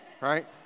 Right